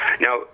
Now